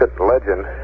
legend